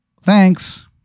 thanks